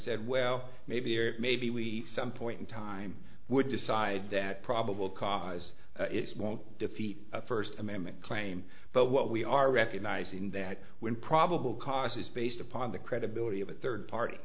said well maybe or maybe we some point in time would decide that probable cause it's won't defeat a first amendment claim but what we are recognizing that when probable cause is based upon the credibility of a third party